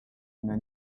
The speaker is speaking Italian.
una